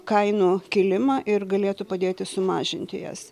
kainų kilimą ir galėtų padėti sumažinti jas